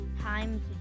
time